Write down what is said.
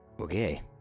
okay